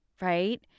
right